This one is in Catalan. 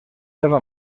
seva